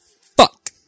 fuck